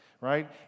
right